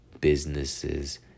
businesses